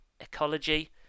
Ecology